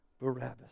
Barabbas